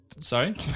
sorry